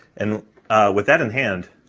and with that in hand,